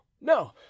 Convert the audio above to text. no